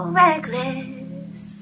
reckless